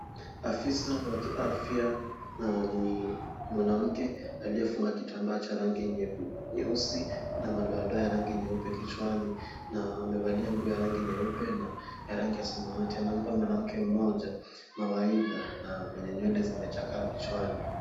Afisa wa kiafya na ni mwanamke aliyefunga kitambaa cha rangi nyeusi na madoadoa ya rangi nyeupe kichwani. Na amevalia nguo ya rangi nyeupe na rangi ya samawati. Anampa mwanamke mmoja mawaidha na mwenye nywele zimechakaa kichwani.